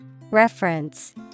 Reference